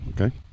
okay